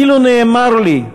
אילו נאמר לי",